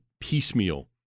piecemeal